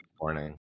morning